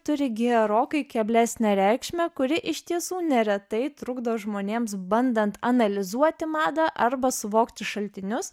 turi gerokai keblesnę reikšmę kuri iš tiesų neretai trukdo žmonėms bandant analizuoti madą arba suvokti šaltinius